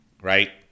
right